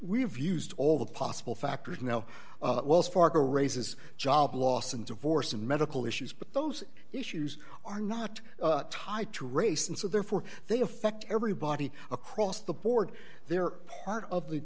we've used all the possible factors now wells fargo races job loss and divorce and medical issues but those issues are not tied to race and so therefore they affect everybody across the board they're part of